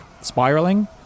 spiraling